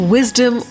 Wisdom